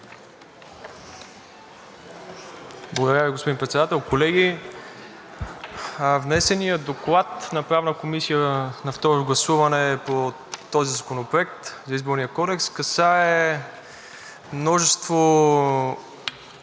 Благодаря Ви, господин Председател. Колеги, внесеният доклад на Правна комисия на второ гласуване по този законопроект – Изборния кодекс, касае множество